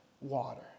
water